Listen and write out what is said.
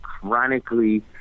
chronically